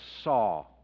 saw